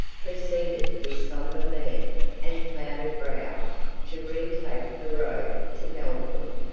proceeded with sombre mien and clouded brow to retake the road to melville.